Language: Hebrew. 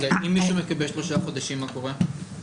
אם מישהו מקבל שלושה חודשים, מה קורה?